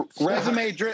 Resume